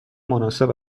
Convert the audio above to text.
مناسب